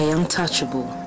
Untouchable